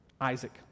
Isaac